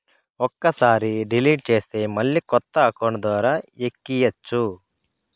ఒక్కసారి డిలీట్ చేస్తే మళ్ళీ కొత్త అకౌంట్ ద్వారా ఎక్కియ్యచ్చు